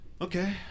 okay